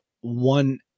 one